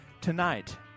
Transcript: tonight